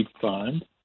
fund